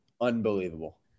Unbelievable